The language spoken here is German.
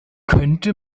könnte